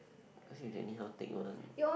because you anyhow take note one